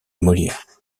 molière